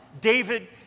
David